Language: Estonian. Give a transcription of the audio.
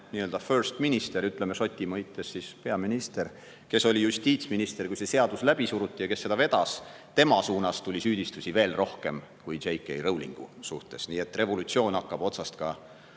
nii-öeldafirst minister, Šoti mõistes peaminister, oli justiitsminister, kui see seadus läbi suruti, ta vedas seda. Ja tema pihta tuli süüdistusi veel rohkem kui J. K. Rowlingu pihta. Nii et revolutsioon hakkab otsast ka